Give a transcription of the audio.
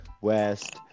West